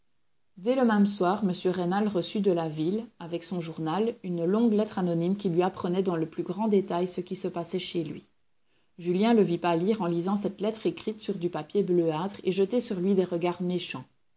dès le même soir m de rênal reçut de la ville avec son journal une longue lettre anonyme qui lui apprenait dans le plus grand détail ce qui se passait chez lui julien le vit pâlir en lisant cette lettre écrite sur du papier bleuâtre et jeter sur lui des regards méchants